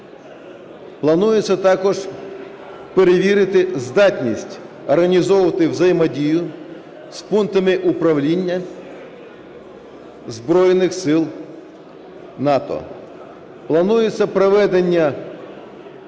Планується також перевірити здатність організовувати взаємодію з пунктами управління збройних сил НАТО, планується проведення